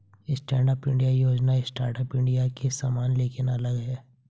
stand up India योजना startup India के समान लेकिन अलग है